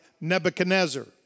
Nebuchadnezzar